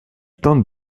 tente